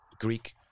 Greek